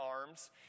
arms